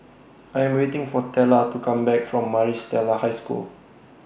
I Am waiting For Tella to Come Back from Maris Stella High School